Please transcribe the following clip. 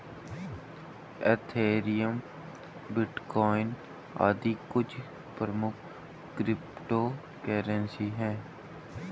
Ethereum, bitcoin आदि कुछ प्रमुख क्रिप्टो करेंसी है